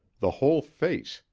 the whole face,